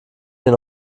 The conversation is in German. hier